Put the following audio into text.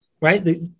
right